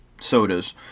sodas